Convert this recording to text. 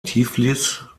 tiflis